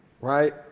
right